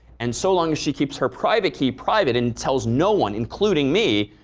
and so long as she keeps her private key private and tells no one, including me,